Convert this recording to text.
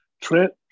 Trent